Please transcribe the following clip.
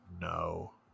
No